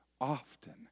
often